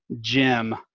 Jim